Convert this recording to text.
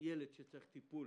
שילד שצריך טיפול